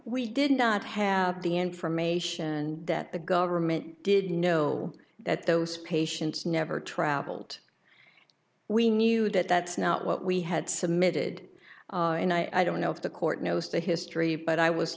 we did not have the information and that the government did know that those patients never traveled we knew that that's not what we had submitted and i don't know if the court knows the history but i was